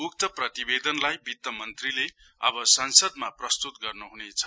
उक्त प्रतिवेदनलाई वित्त मन्त्रीले अब संसदमा प्रस्तुत गर्न् हुनेछ